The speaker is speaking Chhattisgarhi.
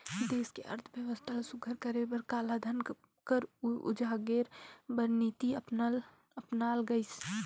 देस के अर्थबेवस्था ल सुग्घर करे बर कालाधन कर उजागेर बर नीति अपनाल गइस